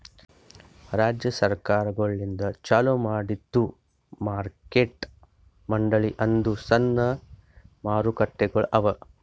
ರಾಜ್ಯ ಸರ್ಕಾರಗೊಳಿಂದ್ ಚಾಲೂ ಮಾಡಿದ್ದು ಮಾರ್ಕೆಟ್ ಮಂಡಳಿ ಅಂದುರ್ ಸಣ್ಣ ಮಾರುಕಟ್ಟೆಗೊಳ್ ಅವಾ